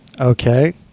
Okay